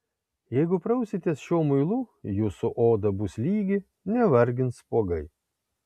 jeigu prausitės šiuo muilu jūsų oda bus lygi nevargins spuogai